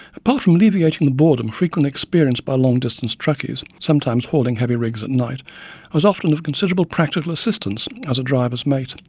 apart from alleviating the boredom frequently experienced by long-distance truckies, sometimes hauling heavy rigs at night, i was often of considerable practical assistance as a driver's mate.